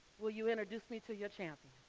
will you introduce me to your champion?